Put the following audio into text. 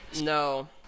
no